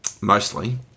mostly